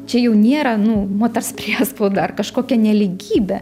čia jau nėra nu moters priespauda ar kažkokia nelygybė